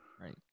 Right